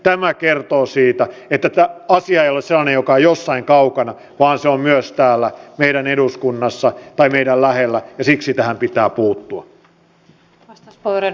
tämä kertoo siitä että asia ei ole sellainen joka on jossain kaukana vaan se on myös täällä meidän eduskunnassamme tai meidän lähellämme ja siksi tähän pitää puuttua